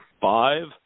five